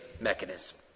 mechanism